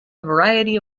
variety